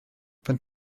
faint